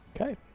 okay